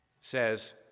says